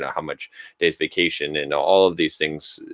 ah how much days vacation and all of these things.